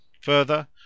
Further